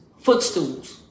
footstools